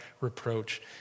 reproach